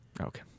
okay